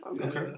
Okay